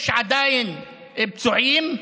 יש עדיין פצועים,